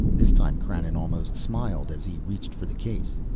this time krannon almost smiled as he reached for the case.